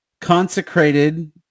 consecrated